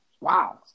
Wow